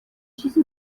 چیزی